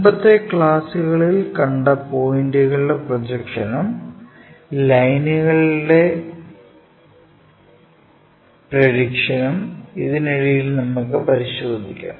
മുമ്പത്തെ ക്ലാസുകളിൽ കണ്ട പോയിന്റുകളുടെ പ്രൊജക്ഷനും ലൈനുകളുടെ പ്രെഡിക്ഷനും ഇതിനിടയിൽ നമുക്കു പരിശോധിക്കാം